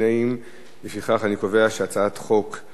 ההצעה להעביר את הצעת חוק השאלת ספרי